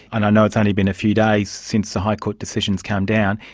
and i know it's only been a few days since the high court decision has come down.